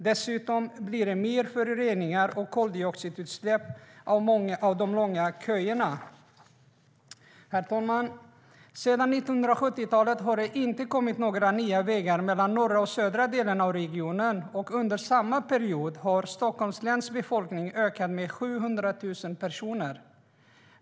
Dessutom blir det mer föroreningar och koldioxidutsläpp av de långa köerna. Sedan 1970-talet har det inte kommit några nya vägar mellan de norra och södra delarna av regionen, och under samma period har Stockholms läns befolkning ökat med 700 000 personer.